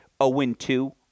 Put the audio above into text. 0-2